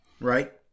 Right